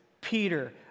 Peter